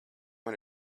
man